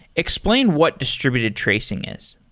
explain what distributed tracing is.